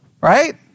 Right